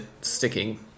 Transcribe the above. sticking